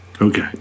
Okay